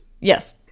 Yes